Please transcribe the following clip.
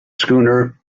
schooner